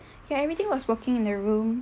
ya everything was working in the room